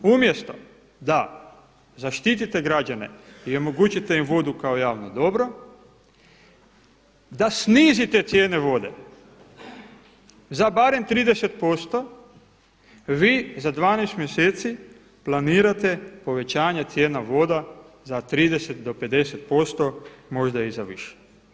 Umjesto da zaštitite građane i omogućite im vodu kao javno dobro, da snizite cijene vode za barem 30% vi za 12 mjeseci planirate povećanje cijena voda za 30 do 50%, možda i za više.